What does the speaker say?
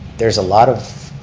there's a lot of